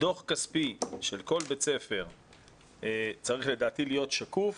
דוח כספי של כל בית ספר צריך להיות שקוף.